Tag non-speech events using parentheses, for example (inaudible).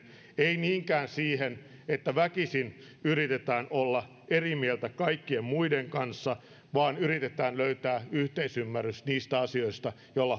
emme niinkään siihen että väkisin yritetään olla eri mieltä kaikkien muiden kanssa vaan siihen että yritetään löytää yhteisymmärrys niistä asioista joilla (unintelligible)